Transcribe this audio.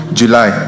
july